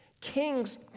Kings